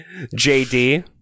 JD